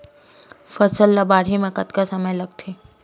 फसल ला बाढ़े मा कतना समय लगथे?